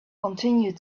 continued